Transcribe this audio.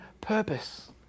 purpose